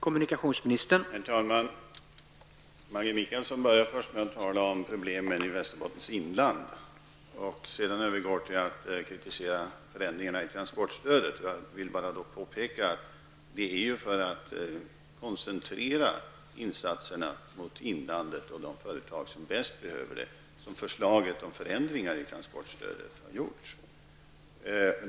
Herr talman! Maggi Mikaelsson börjar först med att tala om problemen i Västerbottens inland. Sedan övergår hon till att kritisera förändringarna i transportstödet. Jag vill bara påpeka att det är för att koncentrera insatserna mot inlandet och de företag som bäst behöver stödet som förslag om förändringar i transportstödet har lagts fram.